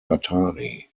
atari